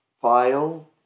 file